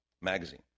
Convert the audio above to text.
magazine